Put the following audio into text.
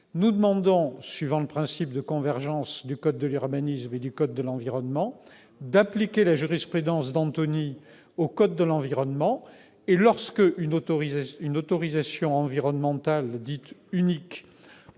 Nous demandons, suivant le principe de convergence du code de l'urbanisme et du code de l'environnement, l'application de la jurisprudence Danthony au code de l'environnement. Si une autorisation environnementale dite « unique